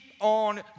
on